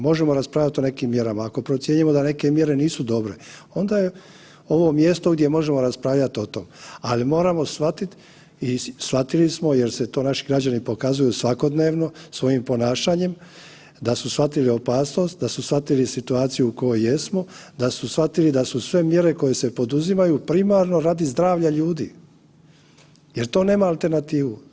Možemo raspravljati o nekim mjerama, ako procjenjujmo da neke mjere nisu dobre onda ovo mjesto gdje možemo raspravljati o tom, ali moramo shvatit i shvatili smo jer se to naši građani pokazuju svakodnevno svojim ponašanjem da su shvatili opasnost, da su shvatili situaciju u kojoj jesmo, da su shvatili da su sve mjere koje se poduzimaju primarno radi zdravlja ljudi jer to nema alternativu.